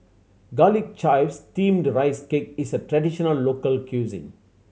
Garlic Chives Steamed Rice Cake is a traditional local cuisine